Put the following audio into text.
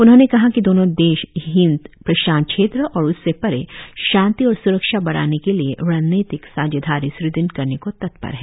उन्होंने कहा कि दोनों देश हिंद प्रशांत क्षेत्र और उससे परे शांति और स्रक्षा बढ़ाने के लिए रणनीतिक साझेदारी स्ट्ट करने को तत्पर हैं